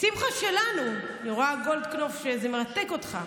שמחה שלנו, גולדקנופ, אני רואה שזה מרתק אותך,